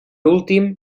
últim